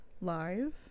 live